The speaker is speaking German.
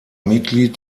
mitglied